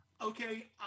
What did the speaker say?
Okay